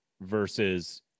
versus